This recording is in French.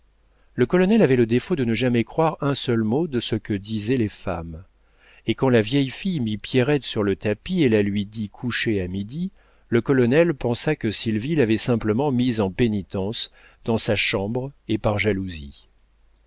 le colonel avait le défaut de ne jamais croire un seul mot de ce que disaient les femmes et quand la vieille fille mit pierrette sur le tapis et la lui dit couchée à midi le colonel pensa que sylvie l'avait simplement mise en pénitence dans sa chambre et par jalousie